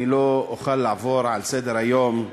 אני לא אוכל לעבור לסדר-היום על